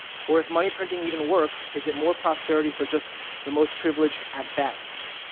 or if money printing even works, is it more prosperity for just the most privileged, at best?